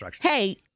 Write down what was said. hey